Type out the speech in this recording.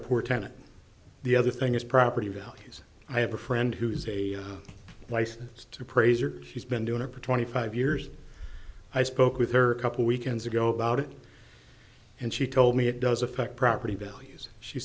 a portent the other thing is property values i have a friend who is a license to praise or she's been doing a pretty funny five years i spoke with her a couple weekends ago about it and she told me it does affect property values she